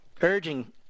urging